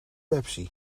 pepsi